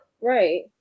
Right